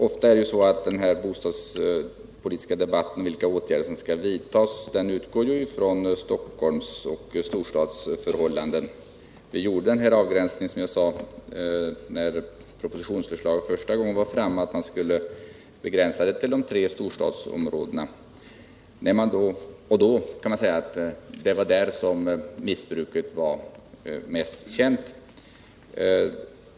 Ofta utgår den bostadspolitiska debatten från vilka åtgärder som skall vidtas från Stockholms och storstadsförhållanden. När propositionsförslaget första gången behandlades gjorde vi en avgränsning till de tre storstadsområdena, eftersom det var där som missbruket var mest känt.